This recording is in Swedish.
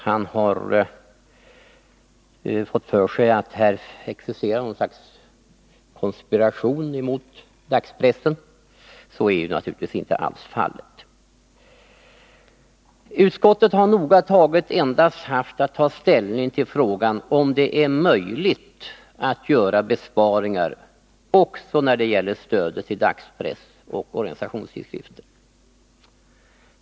Han har fått för sig att det existerar något slags konspiration emot dagspressen. Så är naturligtvis inte alls fallet. Utskottet har noga taget endast haft att ta ställning till frågan om det är möjligt att göra besparingar också när det gäller stödet till dagspress och organisationstidskrifter.